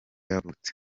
yavutse